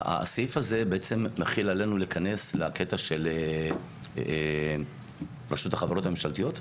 הסעיף הזה בעצם מחיל עלינו לכנס לקטע של רשות החברות הממשלתיות?